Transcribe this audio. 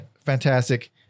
fantastic